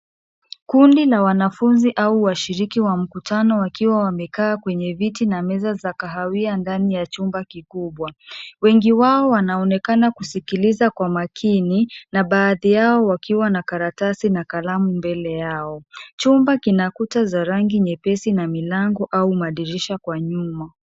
Kundi la wanafunzi au washiriki wa mkutano wakiwa wamekaa kwenye viti na meza za kahawia ndani ya chumba kikubwa. Wengi wao wanaonekana kusikiliza kwa makini na baadhi yao wakiwa na karatasi na kalamu mbele yao. Chumba kina kuta za rangi nyepesi na milango au madirisha kwa nyuma.